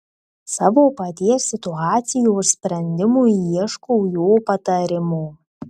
savo paties situacijos sprendimui ieškau jo patarimo